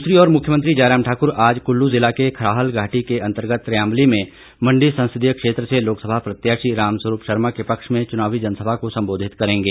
दूसरी ओर मुख्यमंत्री जयराम ठाकुर आज कुल्लू जिला के खराहल घाटी मे अर्न्तगत त्रयांबली में मंडी संससदीय क्षेत्र से लोकसभा प्रत्याशी रामस्वरूप शर्मा के पक्ष में चुनावी जनसभा को संबोधित करेंगे